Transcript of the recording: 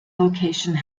location